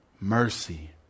mercy